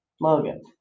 Logan